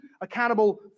accountable